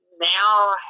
now